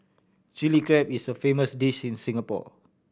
Chilli Crab is a famous dish in Singapore